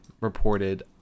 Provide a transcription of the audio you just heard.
reported